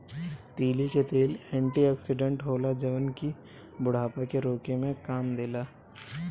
तीली के तेल एंटी ओक्सिडेंट होला जवन की बुढ़ापा के रोके में काम देला